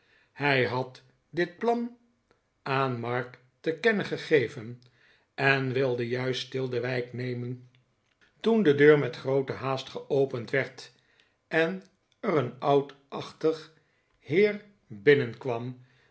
hij had dit plan aan mark te kennen gegeven en wilde juist stil de wijk nemen toen de deur met groote haast geopend werd en er een oudachtige heer binnenkwam